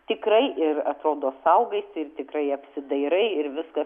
tikrai ir atrodo saugaisi ir tikrai apsidairai ir viskas